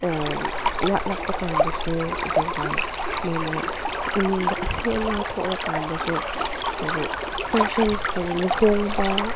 ꯋꯥꯠꯂꯛꯄꯀꯥꯟꯗꯁꯨ ꯑꯗꯨꯒ ꯃꯣꯏꯅ ꯏꯃꯨꯡꯗ ꯑꯁꯤ ꯑꯅꯥ ꯊꯣꯛꯂꯀꯥꯟꯗꯁꯨ ꯍꯥꯏꯗꯤ ꯐꯪꯁꯟ ꯍꯥꯏꯗꯤ ꯂꯨꯍꯣꯡꯕ